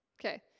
Okay